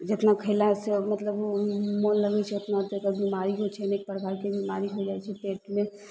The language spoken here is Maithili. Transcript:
जेतना खेलासँ मतलब मो मोन लगय छै ओतना एकर बीमारी होइ छै अनेक प्रकारके बीमारी होइ जाइ छै पेटमे